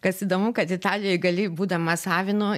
kas įdomu kad italijoj gali būdamas avinu